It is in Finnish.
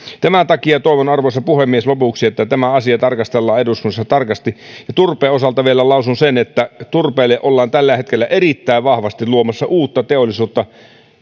tämän takia toivon arvoisa puhemies lopuksi että tämä asia tarkastellaan eduskunnassa tarkasti turpeen osalta vielä lausun sen että turpeelle ollaan tällä hetkellä erittäin vahvasti luomassa uutta teollisuutta